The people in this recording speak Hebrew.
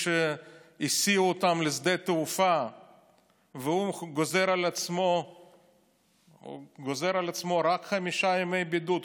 שהסיעו אותם לשדה התעופה והוא גוזר על עצמו רק חמישה ימי בידוד,